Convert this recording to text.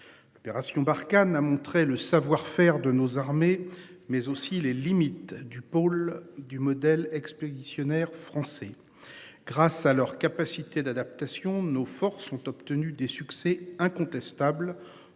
L'opération Barkhane, à montrer le savoir-faire de nos armées mais aussi les limites du pôle du modèle expéditionnaire français grâce à leur capacité d'adaptation. Nos forces ont obtenu des succès incontestable